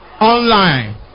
Online